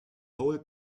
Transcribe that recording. whole